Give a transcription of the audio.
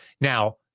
Now